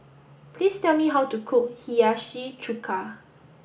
please tell me how to cook Hiyashi Chuka